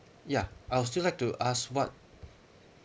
ya I'll still like to ask what